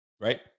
right